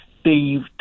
Steve